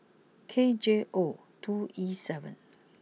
K J O two E seven